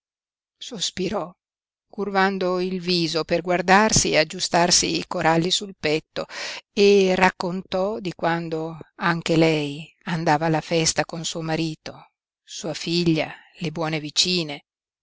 vanno sospirò curvando il viso per guardarsi e aggiustarsi i coralli sul petto e raccontò di quando anche lei andava alla festa con suo marito sua figlia le buone vicine